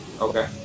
okay